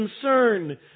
concern